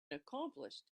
accomplished